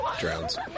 drowns